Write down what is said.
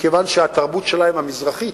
מכיוון שהתרבות שלהם, המזרחית,